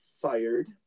fired